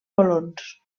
colons